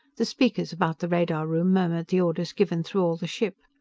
the speakers about the radar room murmured the orders given through all the ship.